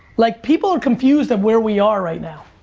like people are confused at where we are right now.